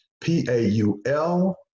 P-A-U-L